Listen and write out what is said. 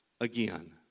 again